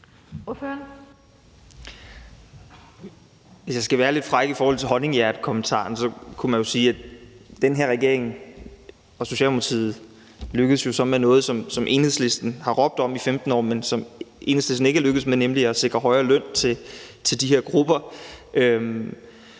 Hvis jeg skal være lidt fræk i forhold til honninghjertekommentaren, kunne man jo sige, at den her regering og Socialdemokratiet er lykkedes med noget, som Enhedslisten har råbt op om i 15 år, men som Enhedslisten ikke er lykkedes med, nemlig at sikre højere løn til de her grupper.